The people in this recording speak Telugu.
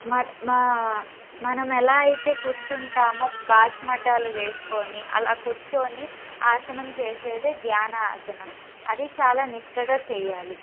మ మా మనం ఎలా అయితే కూర్చుంటామో బాస్మటాలు వేసుకుని అలా కూర్చొని ఆసనం చేసేదే ధ్యాన ఆసనం అది చాలా నిష్టగా చెయ్యాలి